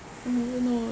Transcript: I never know ah